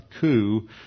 coup